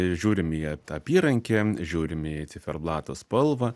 žiūrim į tą apyrankę žiūrim į ciferblato spalvą